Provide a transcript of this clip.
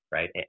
Right